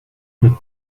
but